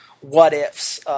what-ifs